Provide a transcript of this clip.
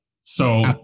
So-